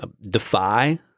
defy